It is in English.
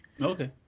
Okay